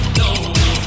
no